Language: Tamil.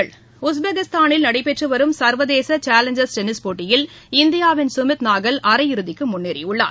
விளையாட்டுச் செய்திகள் உஸ்பெகிஸ்தானில் நடைபெற்று வரும் சர்வதேச சேலஞ்சர் டென்னிஸ் போட்டியில் இந்தியாவின் சுமித் நாகல் அரையிறுதிக்கு முன்னேறியுள்ளார்